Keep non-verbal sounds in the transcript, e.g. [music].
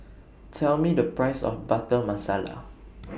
[noise] Tell Me The Price of Butter Masala [noise]